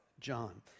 John